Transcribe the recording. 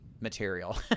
material